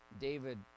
David